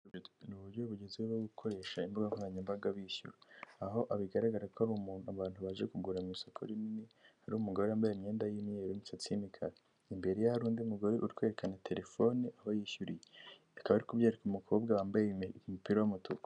Ni uburyo bugeze bwo gukoresha imbuga nkoranyambaga bishyura, aho bigaragara ko ari umuntu abantu baje kugura mu isoko rinini, hari umugore wambaye imyenda y'imyeru n'imisatsi y'imikara, imbere ye hari undi mugore uri kwerekana telefone aho yishyuriye, akaba ari kubyereka umukobwa wambaye umupira w'umutuku.